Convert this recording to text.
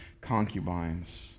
concubines